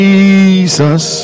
Jesus